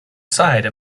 side